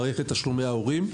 מערכת תשלומי ההורים,